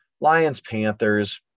Lions-Panthers